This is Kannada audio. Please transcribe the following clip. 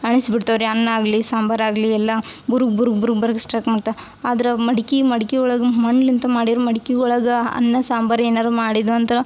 ಅಣಿಸ್ ಬಿಡ್ತಾವೆ ರೀ ಅನ್ನ ಆಗಲಿ ಸಾಂಬಾರು ಆಗಲಿ ಎಲ್ಲ ಬುರುಗು ಬುರುಗು ಬರಕ್ ಸ್ಟಾಟ್ ಮಾಡ್ತವೆ ಆದ್ರೆ ಮಡ್ಕೆ ಮಡ್ಕೆ ಒಳಗೆ ಮಣ್ಲಿಂದ್ ಮಾಡಿರುವ ಮಡ್ಕೆ ಒಳಗೆ ಅನ್ನ ಸಾಂಬಾರು ಏನಾದ್ರು ಮಾಡಿದ್ದು ಅಂದ್ರ